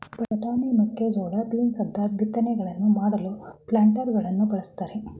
ಬಟಾಣಿ, ಮೇಕೆಜೋಳ, ಬೀನ್ಸ್ ಅಂತ ಬಿತ್ತನೆಗಳನ್ನು ಮಾಡಲು ಪ್ಲಾಂಟರಗಳನ್ನು ಬಳ್ಸತ್ತರೆ